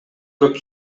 көп